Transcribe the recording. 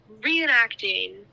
reenacting